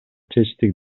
чечтик